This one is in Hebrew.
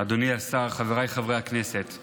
אדוני השר, חבריי חברי הכנסת,